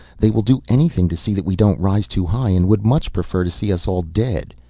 they will do anything to see that we don't rise too high, and would much prefer to see us all dead.